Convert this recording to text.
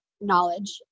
knowledge